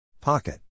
Pocket